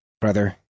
brother